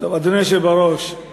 אדוני היושב בראש,